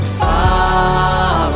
far